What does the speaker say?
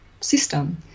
system